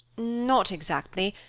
not exactly,